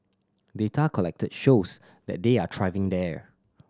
data collected shows that they are thriving there